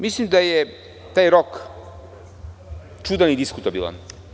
Mislim da je taj rok čudan i diskutabilan.